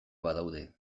badaude